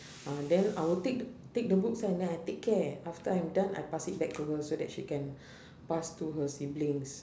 ah then I will take th~ take the books and then I take care after I'm done I pass it back to her so that she can pass to her siblings